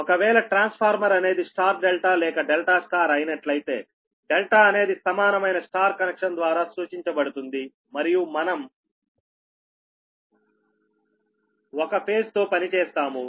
ఒకవేళ ట్రాన్స్ఫార్మర్ అనేది Y ∆ లేక ∆ Y అయినట్లయితే ∆ అనేది సమానమైన Y కనెక్షన్ ద్వారా సూచించబడుతుంది మరియు మనం ఒక ఫేజ్ తో పని చేస్తాము